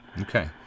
Okay